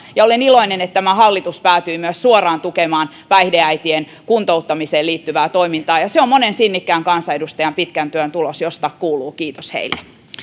ja olen iloinen että tämä hallitus päätyi myös suoraan tukemaan päihdeäitien kuntouttamiseen liittyvää toimintaa se on monen sinnikkään kansanedustajan pitkän työn tulos mistä kuuluu kiitos heille